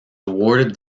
awarded